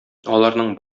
аларның